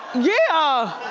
yeah.